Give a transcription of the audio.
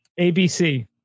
ABC